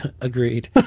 Agreed